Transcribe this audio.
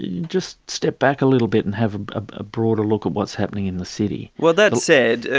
just step back a little bit and have a broader look at what's happening in the city. well, that said,